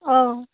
অঁ